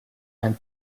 and